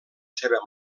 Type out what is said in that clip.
seva